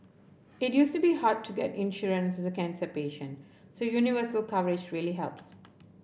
it used to be hard to get insurance as a cancer patient so universal coverage really helps